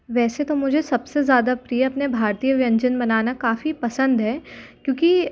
वैसे तो मुझे सबसे ज़्यादा प्रिय अपने भारतीय व्यंजन बनाना काफ़ी पसंद है क्योंकि